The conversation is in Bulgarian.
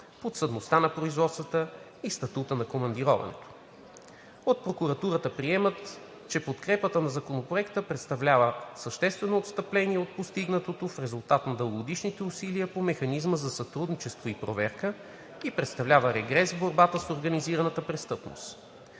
подсъдността на производствата и статута на командироването. От прокуратурата приемат, че подкрепата на Законопроекта представлява съществено отстъпление от постигнатото в резултат на дългогодишните усилия по Механизма за сътрудничество и проверка и представлява регрес в борбата с организираната престъпност.